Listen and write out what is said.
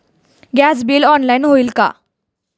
Gas bill online होईल का?